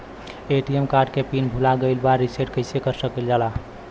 ATM card के PIN भूला गइल बा रीसेट कईसे करल जाला?